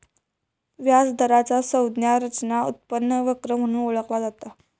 व्याज दराचा संज्ञा रचना उत्पन्न वक्र म्हणून ओळखला जाता